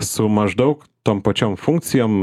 su maždaug tom pačiom funkcijom